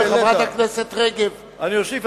אני אוסיף,